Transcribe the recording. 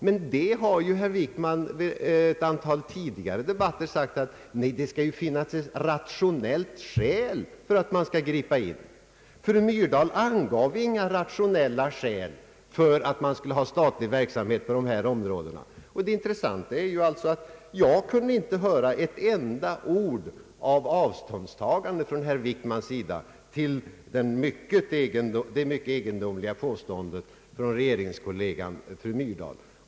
Men herr Wickman har ju i ett antal tidigare debatter förklarat, att det skall finnas ett rationellt skäl för att staten skall gripa in. Fru Myrdal angav inga rationella skäl för statlig verksamhet på detta område. Det intressanta var att jag inte kunde höra ett enda ord av avståndstagande från herr Wickman till det mycket egendomliga påståendet av regeringskollegan fru Myrdal.